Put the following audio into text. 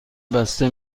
بسته